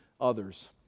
others